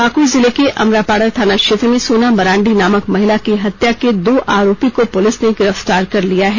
पाक्ड़ जिले के अमड़ापाड़ा थाना क्षेत्र में सोना मरांडी नामक महिला की हत्या के दो आरोपी को पुलिस ने गिरफ्तार कर लिया है